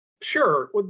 Sure